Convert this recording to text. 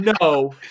No